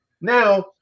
Now